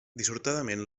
dissortadament